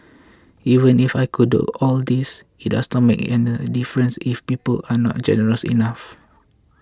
even if I could do all this it does not make a difference if people aren't generous enough